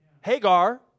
Hagar